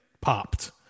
popped